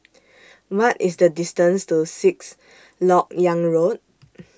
What IS The distance to Sixth Lok Yang Road